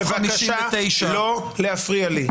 בבקשה לא להפריע לי.